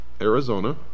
arizona